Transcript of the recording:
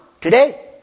today